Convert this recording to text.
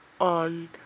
on